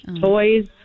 Toys